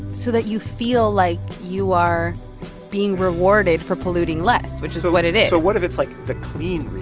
so that you feel like you are being rewarded for polluting less, which is what it is or what if it's, like, the clean rebate?